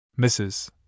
Mrs